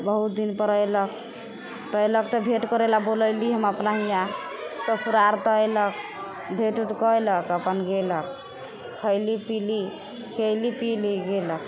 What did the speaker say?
बहुत दिनपर अएलक तऽ अएलक तऽ भेँट करै लागी बोलैली हम अपना यहाँ ससुरार तऽ अएलक भेँट उट कएलक अपन गेलक खएली पिली खिएली पिएली गेलक